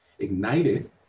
ignited